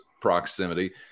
proximity